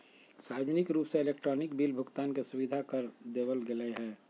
सार्वजनिक रूप से इलेक्ट्रॉनिक बिल भुगतान के सुविधा कर देवल गैले है